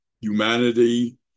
humanity